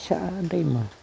फिसा दैमा